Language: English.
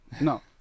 no